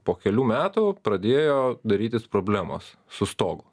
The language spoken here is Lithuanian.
po kelių metų pradėjo darytis problemos su stogu